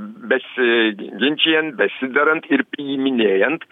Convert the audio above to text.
besiginčijant besiderant ir priiminėjant